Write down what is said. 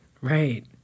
Right